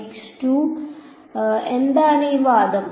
iഎന്താണ് ഈ വാദം